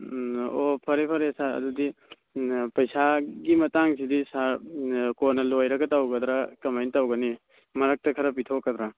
ꯑꯣ ꯐꯔꯦ ꯐꯔꯦ ꯁꯥꯔ ꯑꯗꯨꯗꯤ ꯄꯩꯁꯥꯒꯤ ꯃꯇꯥꯡꯁꯤꯗꯤ ꯁꯥꯔ ꯀꯣꯟꯅ ꯂꯣꯏꯔꯒ ꯇꯧꯒꯗ꯭ꯔꯥ ꯀꯃꯥꯏꯅ ꯇꯧꯒꯅꯤ ꯃꯔꯛꯇ ꯈꯔ ꯄꯤꯊꯣꯛꯀꯗ꯭ꯔꯥ